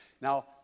Now